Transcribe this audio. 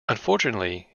unfortunately